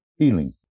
Healing